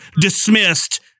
dismissed